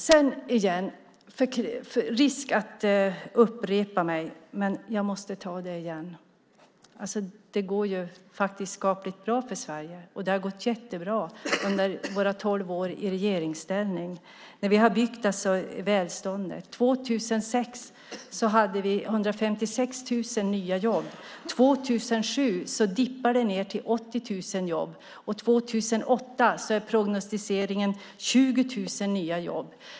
Med risk att upprepa mig måste jag säga det igen: Det går ju faktiskt skapligt bra för Sverige. Det har gått jättebra under våra tolv år i regeringsställning. Vi har byggt välståndet. År 2006 hade vi 156 000 nya jobb. År 2007 dippade det ned till 80 000 jobb. För 2008 är prognosen 20 000 nya jobb.